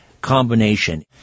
combination